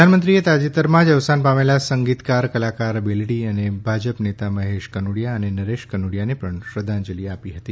પ્રધાનમંત્રીએ તાજેતરમાં જ અવસાન પામેલા સંગીતકાર કલાકાર બેલડી અને ભાજપ નેતા મહેશ કનોડિયા અને નરેશ કનોડિયાને પણ શ્રદ્ધાંજલિ આપી હતી